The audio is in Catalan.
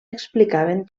explicaven